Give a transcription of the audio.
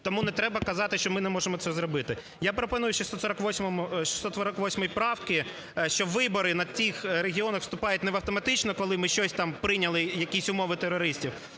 Тому не треба казати, що ми не можемо це зробити. Я пропоную в 648 правці, що вибори на тих регіонах вступають не автоматично, коли ми щось там прийняли, якісь умови терористів,